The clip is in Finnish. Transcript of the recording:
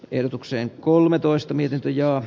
ehdotukseen kolmetoista misituja